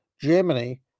Germany